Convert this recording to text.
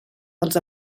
dels